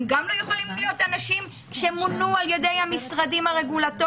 גם הם לא יכולים להיות אנשים שמונו על ידי המשרדים הרגולטוריים,